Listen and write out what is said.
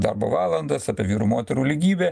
darbo valandas apie vyrų moterų lygybę